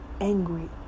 angry